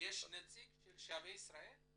יש נציג של "שבי ישראל"?